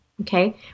okay